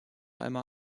einmal